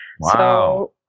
wow